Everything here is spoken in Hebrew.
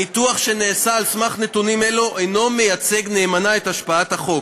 הניתוח שנעשה על סמך נתונים אלה אינו מייצג נאמנה את השפעת החוק.